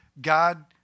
God